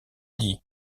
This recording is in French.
dit